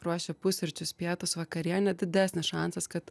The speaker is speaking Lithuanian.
ruošia pusryčius pietus vakarienę didesnis šansas kad